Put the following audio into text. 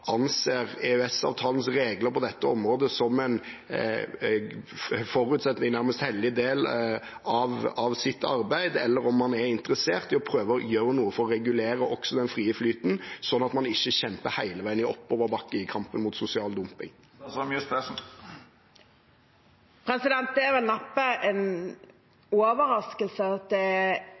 anser EØS-avtalens regler på dette området som en forutsetning for eller nærmest en hellig del av sitt arbeid, eller om man er interessert i å prøve å gjøre noe for å regulere også den frie flyten, sånn at man ikke kjemper i oppoverbakke hele veien i kampen mot sosial dumping. Det er vel neppe en overraskelse at det